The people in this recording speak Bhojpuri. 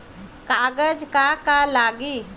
कागज का का लागी?